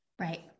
Right